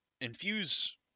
infuse